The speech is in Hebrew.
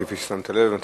כפי ששמת לב,